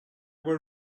were